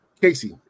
Casey